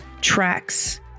tracks